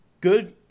good